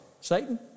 Satan